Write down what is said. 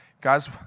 guys